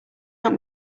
not